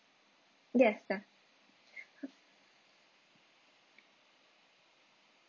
yes that